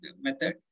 method